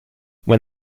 when